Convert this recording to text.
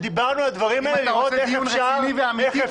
אם אתה רוצה דיון רציני ואמיתי,